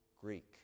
Greek